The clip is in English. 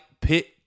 Pit